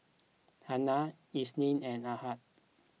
Hana Isnin and Ahad